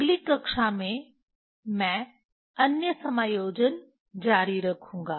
अगली कक्षा में मैं अन्य समायोजन जारी रखूंगा